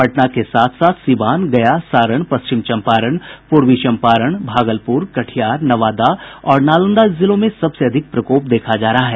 पटना के साथ साथ सीवान गया सारण पश्चिम चम्पारण पूर्वी चम्पारण भागलपुर कटिहार नवादा और नालंदा जिलों में सबसे अधिक प्रकोप देखा जा रहा है